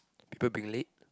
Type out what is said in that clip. people being late